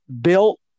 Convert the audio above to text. built